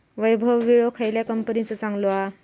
वैभव विळो खयल्या कंपनीचो चांगलो हा?